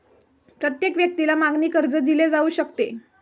प्रत्येक व्यक्तीला मागणी कर्ज दिले जाऊ शकते